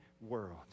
world